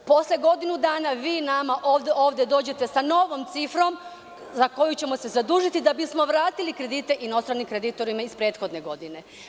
Posle godinu dana vi nama dolazite sa novom cifrom sa kojom ćemo se zadužiti da bismo vratili kredite inostranim kreditorima iz prethodne godine.